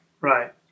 Right